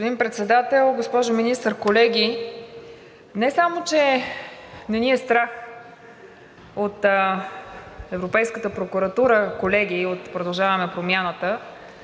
Господин Председател, госпожо Министър, колеги, не само че не ни е страх от Европейската прокуратура, колеги от „Продължаваме Промяната“,